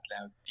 loud